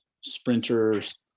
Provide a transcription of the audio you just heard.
sprinters